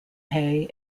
hay